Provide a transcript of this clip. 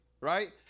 right